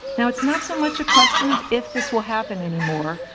now, it's not so much a question of if this will happen anymore,